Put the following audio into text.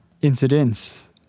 Incidents